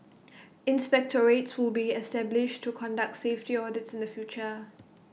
inspectorates will be established to conduct safety audits in the future